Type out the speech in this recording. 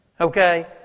Okay